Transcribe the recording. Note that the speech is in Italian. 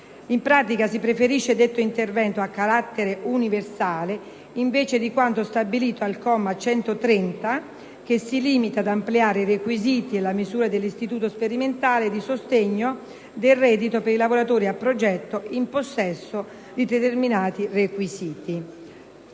In pratica, si preferisce detto intervento a carattere universale invece di quanto stabilito al comma 130, che si limita ad ampliare i requisiti e la misura dell'istituto sperimentale di sostegno del reddito per i lavoratori a progetto in possesso di determinati requisiti.